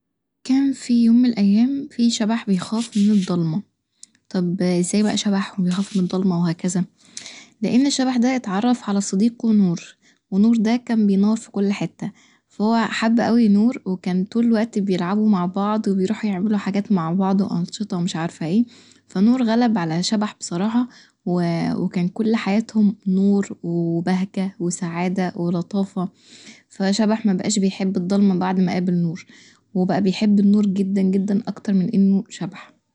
كان بيه يوم من الأيام شبح بيخاف من الضلمه طب ازاي بقي شبح ربيخاف من الضلمه وهكذا؟ لان الشبح دا اتعرف علي صديقه نور، ونور دا كان بينور في كل حته، فهو حب اوي نور وكان طول الوقت بيلعبوا مع بعض وبيروحوا يعملوا حاجات مع بعض وانشطه ومش عارفه ايه فنور غلب علي شبح بصراحه وكان كل حياتهم نور وبهجة وسعاده ولطافة فشبح مبقاش بيحب الضلمه بعد ما قابل نور وبقي بيحب النور جدا جدا اكتر من انه شبح.